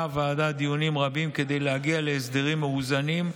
הוועדה דיונים רבים כדי להגיע להסדרים מאוזנים,